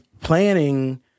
planning